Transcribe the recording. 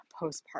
postpartum